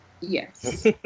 Yes